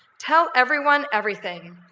tell everyone everything.